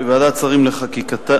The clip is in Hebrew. ועדת השרים לחקיקה,